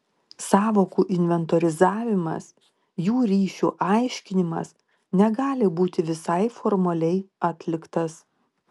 sąvokų inventorizavimas jų ryšių aiškinimas negali būti visai formaliai atliktas